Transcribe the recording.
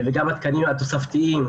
גם התקנים התוספתיים,